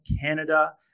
Canada